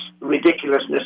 ridiculousness